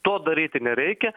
to daryti nereikia